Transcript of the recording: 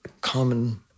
common